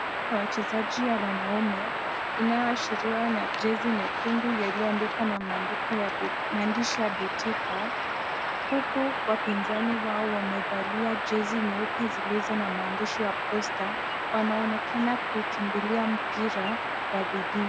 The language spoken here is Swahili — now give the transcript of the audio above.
Timu ya wachezaji ya wanaume inayoashiriwa na jezi nyekundu, iliyoandikwa na maandishi ya betika huku wapinzani wao wamevalia jezi nyeupe zilizo na maandishi ya posta. Wanaonekana kuukimbilia mpira kwa bidii.